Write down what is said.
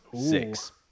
six